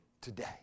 today